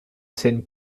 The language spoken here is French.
scène